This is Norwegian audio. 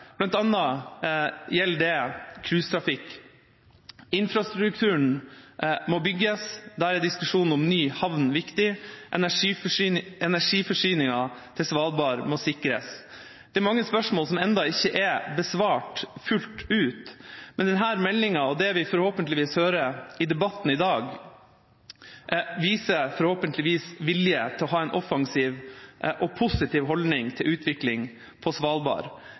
gjelder bl.a. cruisetrafikk. Infrastrukturen må bygges – der er diskusjonen om ny havn viktig, og energiforsyningen til Svalbard må sikres. Det er mange spørsmål som ennå ikke er besvart fullt ut, men denne meldinga og det vi forhåpentligvis får høre i debatten i dag, viser forhåpentligvis vilje til å ha en offensiv og positiv holdning til utvikling på Svalbard.